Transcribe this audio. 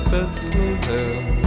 Bethlehem